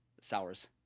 sours